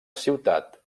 ciutat